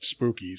Spookies